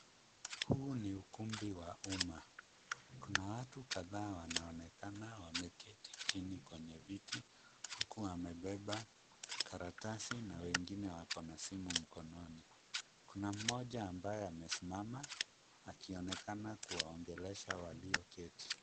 Huu ni ukumbi wa umma. Kuna watu kadhaa wanaoonekana wameketi chini kwenye viti huku wamebeba karatasi na wengine wako na simu mkononi. Kuna mmoja ambaye amesimama, akionekana kuwaongelesha walioketi.